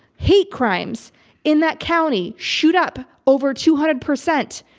hate crimes in that county shoot up over two hundred percent.